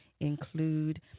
include